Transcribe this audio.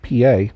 PA